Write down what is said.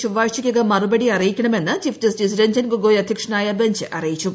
ചൊവ്വാഴ്ചയ്ക്കകം മറുപടി അറിയിക്കണമെന്ന് chief justice Ranjan Gogoi അധ്യക്ഷനായ ബെഞ്ച് അറ്റിയിച്ചു